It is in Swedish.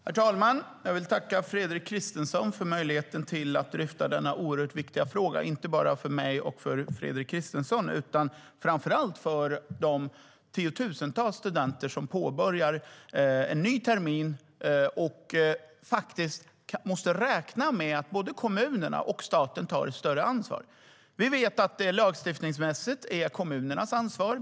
Herr talman! Jag vill tacka Fredrik Christensson för möjligheten att dryfta denna oerhört viktiga fråga. Den är viktig inte bara för mig och Fredrik Christensson utan framför allt för de tiotusentals studenter som påbörjar en ny termin och måste kunna räkna med att både kommunerna och staten tar ett större ansvar. Vi vet att bostadsförsörjningen, lagstiftningsmässigt sett, är kommunernas ansvar.